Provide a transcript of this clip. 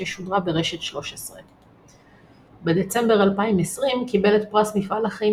ששודרה ברשת 13. בדצמבר 2020 קיבל את פרס מפעל חיים